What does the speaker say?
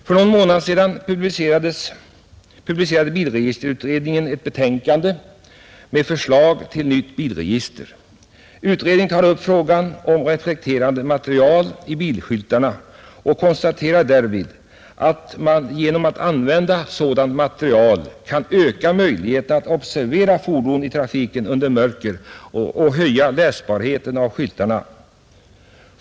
För någon månad sedan publicerade bilregisterutredningen ett betänkande med förslag till nytt bilregister. Utredningen tar upp frågan om reflekterande material i bilskyltarna och konstaterar att man genom att använda sådant material kan öka möjligheterna att observera fordon i trafiken under mörker och höja läsbarheten hos skyltarna.